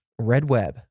RedWeb